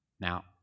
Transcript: Now